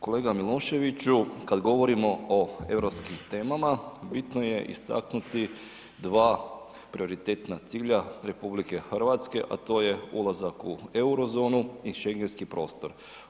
Kolega Miloševiću kad govorimo o europskim temama bitno je istaknuti dva prioritetna cilja RH, a to je ulazak u eurozonu i Schengenski prostor.